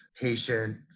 patient